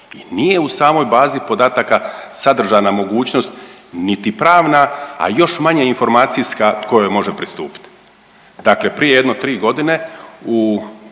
Nije u samoj bazi podataka sadržana mogućnost niti pravna, a još manje informacijska kojoj može pristupiti. Dakle, prije jedno 3 godine u